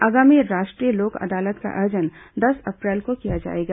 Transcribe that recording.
आगामी राष्ट्रीय लोक अदालत का आयोजन दस अप्रैल को किया जाएगा